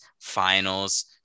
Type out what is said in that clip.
finals